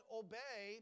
obey